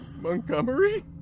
Montgomery